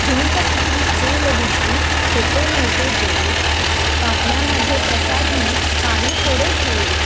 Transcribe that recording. चिंत खचली चूल भिजली होते नव्हते गेले पापण्या मध्ये प्रसाद म्हणून पाणी थोडे ठेवले